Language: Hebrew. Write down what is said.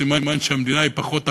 סימן שהמדינה היא פחות אחראית,